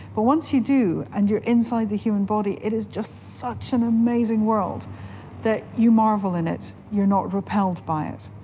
but once you do and you're inside the human body, it is just such an amazing world that you marvel in it, you're not repelled by it.